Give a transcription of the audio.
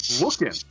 looking